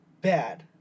bad